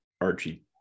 archie